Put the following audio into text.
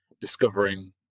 discovering